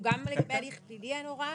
גם לגבי הליך פלילי אין הוראה?